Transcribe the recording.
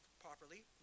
properly